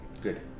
good